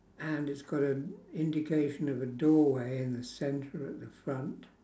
and it's got an indication of a doorway in the centre at the front